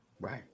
Right